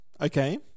Okay